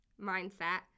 mindset